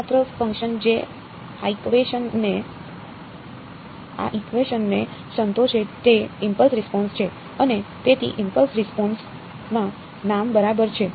એકમાત્ર ફંકશન જે આઇકવેશન ને સંતોષશે તે ઇમ્પલ્સ રિસ્પોન્સ છે અને તેથી ઇમ્પલ્સ રિસ્પોન્સ માં નામ બરાબર છે